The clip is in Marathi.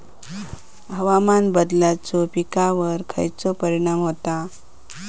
हवामान बदलाचो पिकावर खयचो परिणाम होता?